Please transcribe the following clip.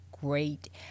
great